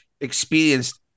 experienced